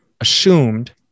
assumed